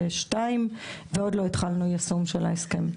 2022 ועוד לא התחלנו ביישום של ההסכם.